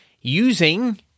using